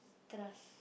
trust